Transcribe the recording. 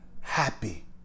happy